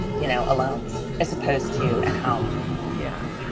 you know, alone as opposed to at home yeah.